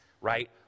right